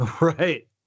right